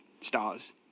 stars